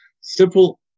Simple